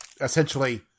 essentially